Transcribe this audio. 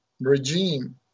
regime